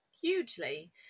Hugely